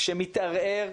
שמתערער,